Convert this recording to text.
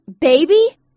baby